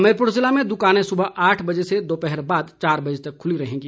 हमीरपुर जिले में दुकाने सुबह आठ बजे से दोपहर बाद चार बजे तक खुली रहेंगी